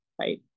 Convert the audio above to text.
right